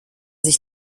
sich